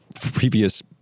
previous